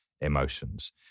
emotions